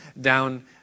down